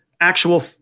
actual